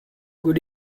good